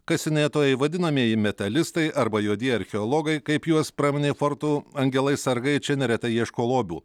kasinėtojai vadinamieji metalistai arba juodieji archeologai kaip juos praminė forto angelai sargai čia neretai ieško lobių